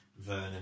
Vernon